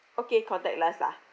okay contactless lah